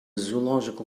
zoological